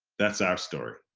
that's our story,